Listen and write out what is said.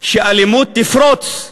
שאלימות תפרוץ,